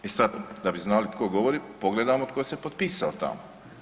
I sad da bi znali tko govori pogledamo tko se potpisao tamo.